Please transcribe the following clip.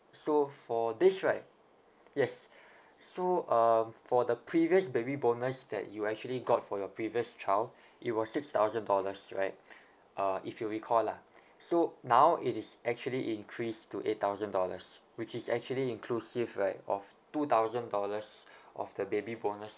so for this right yes so uh for the previous baby bonus that you actually got for your previous child it was six thousand dollars right uh if you recall lah so now it is actually increased to eight thousand dollars which is actually inclusive right of two thousand dollars of the baby bonus